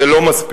זה לא מספיק.